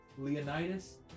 Leonidas